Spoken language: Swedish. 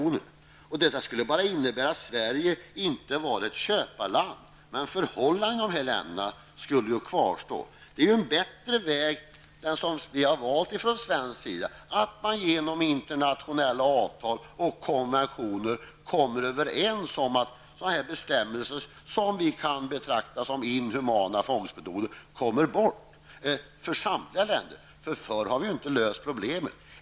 Ett förbud mot import av skinn från dessa länder skulle bara innebära att Sverige inte var ett köparland, men förhållandena i de länderna skulle ju kvarstå. Det är en bättre väg som vi har valt från svensk sida, att man genom internationella avtal och konventioner kommer överens om att sådant som vi betraktar som inhumana fångstmetoder avskaffas i alla länder. Förr har vi ju inte löst problemet.